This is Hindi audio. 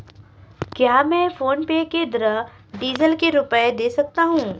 क्या मैं फोनपे के द्वारा डीज़ल के रुपए दे सकता हूं?